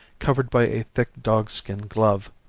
covered by a thick dog-skin glove,